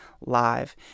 live